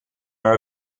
are